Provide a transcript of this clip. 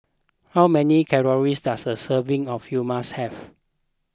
how many calories does a serving of Hummus have